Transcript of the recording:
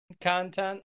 content